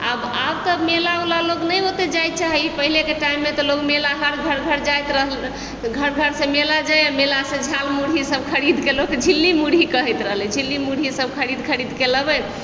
आब तऽ मेला ओला नहि ओते लोक जाइ चाहै है पहिनेके टाइममे तऽ लोक मेला घर भरि भरि जाइत रहल घर घरसँ मेला जाइ मेलासँ झाल मुरही ई सब खरीद लोक झिल्ली मुरही कहैत रहै झिल्ली मुरही सब खरीद खरीद कऽ लाबै